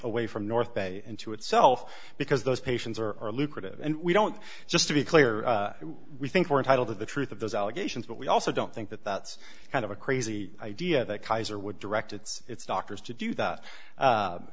away from north bay into itself because those patients are lucrative and we don't just to be clear we think we're entitled to the truth of those allegations but we also don't think that that's kind of a crazy idea that kaiser would direct its doctors to do that